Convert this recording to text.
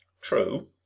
True